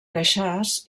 queixàs